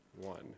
one